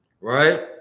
right